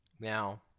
Now